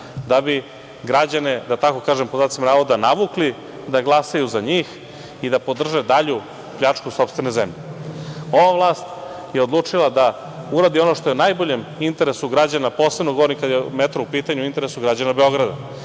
da bi građane, da tako kažem „navukli da glasaju za njih i da podrže dalju pljačku sopstvene zemlje“.Ova vlast je odlučila da uradi ono što je u najboljem interesu građana, posebno govorim kada je metro u pitanju, u interesu građana Beograda